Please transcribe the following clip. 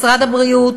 משרד הבריאות